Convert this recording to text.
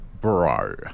bro